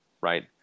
right